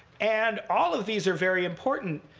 and all of these are very important.